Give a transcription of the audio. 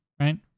right